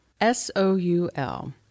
S-O-U-L